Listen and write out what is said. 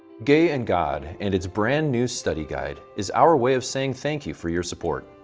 gay and god and its brand new study guide is our way of saying thank you for your support.